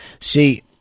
See